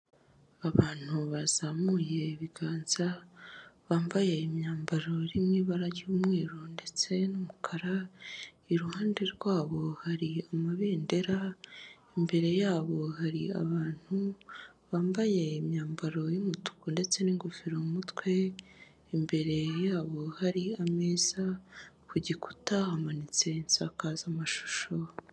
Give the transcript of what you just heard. Abantu bazamuye ibiganza bambaye imyambaro iri mu ibara ry'umweru ndetse n'umukara ,iruhande rwabo hari amabendera imbere yabo hari abantu bambaye imyambaro y'umutuku ndetse n'ingofero mutwe, imbere yabo hari ameza ku gikuta hamanitse nsakazamashusho.